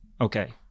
okay